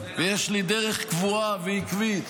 ויש לי דרך קבועה ועקבית,